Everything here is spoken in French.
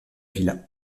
villa